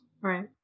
Right